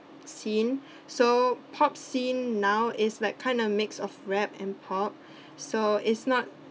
scene so pop scene now is like kind of mix of rap and pop so is not